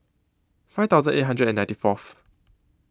five thousand eight hundred and ninety Fourth